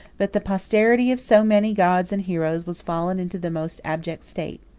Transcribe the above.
but the posterity of so many gods and heroes was fallen into the most abject state.